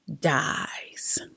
dies